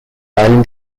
island